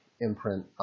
imprint